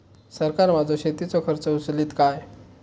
सरकार माझो शेतीचो खर्च उचलीत काय?